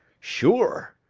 sure,